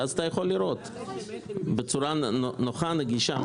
ואז אתה יכול לראות בצורה נוחה, נגישה.